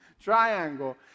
Triangle